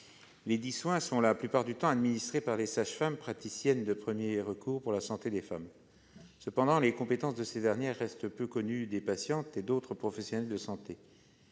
Ces soins sont la plupart du temps administrés par les sages-femmes, praticiennes de premier recours pour la santé des femmes. Cependant, leurs compétences restent peu connues des patientes et d'autres professionnels de santé.